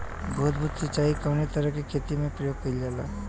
बूंद बूंद सिंचाई कवने तरह के खेती में प्रयोग कइलजाला?